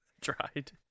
tried